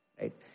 right